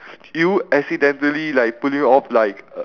you accidentally like putting off like a